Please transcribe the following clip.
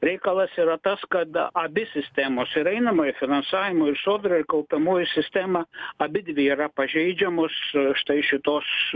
reikalas yra tas kada abi sistemos ir einamojo finansavimo ir sodros kaupiamoji sistema abidvi yra pažeidžiamos štai šitos